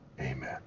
Amen